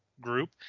group